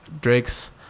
Drake's